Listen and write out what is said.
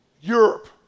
Europe